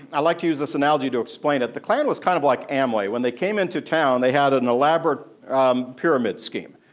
i like to use this analogy to explain it the klan was kind of like amway. when they came into town, they had an elaborate pyramid scheme,